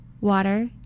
water